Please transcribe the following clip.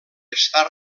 està